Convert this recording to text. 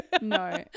no